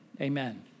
Amen